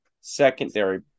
secondary